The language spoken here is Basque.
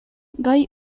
gai